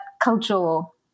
cultural